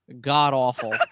god-awful